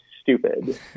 stupid